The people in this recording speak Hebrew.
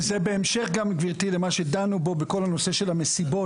וזה בהמשך גם גבירתי למה שדנו בו בכל הנושא של המסיבות,